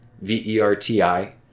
V-E-R-T-I